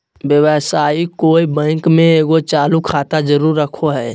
व्यवसायी कोय बैंक में एगो चालू खाता जरूर रखो हइ